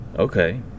Okay